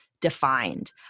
defined